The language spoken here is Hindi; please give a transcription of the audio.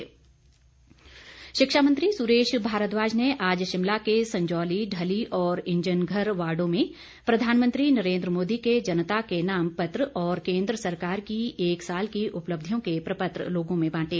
सुरेश भारद्वाज शिक्षा मंत्री सुरेश भारद्वाज ने आज शिमला के संजौली ढली और इंजन घर वार्डो में प्रधानमंत्री नरेन्द्र मोदी के जनता के नाम पत्र ओर केन्द्र सरकार की एक साल की उपलब्धियों के प्रपत्र लोगों में बांटे